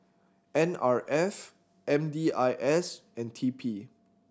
N R F M D I S and T P